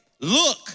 Look